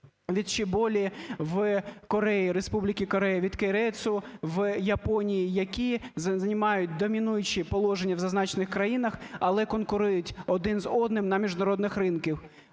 від Чеболі в Кореї, Республіки Корея, від Кейрецу в Японії, які займають домінуючі положення в зазначених країнах, але конкурують один з одним на міжнародних ринках.